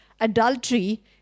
adultery